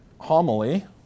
homily